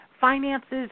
Finances